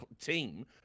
team